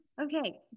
okay